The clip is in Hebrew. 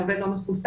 לעובד לא מחוסן,